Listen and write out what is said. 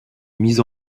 mise